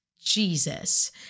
jesus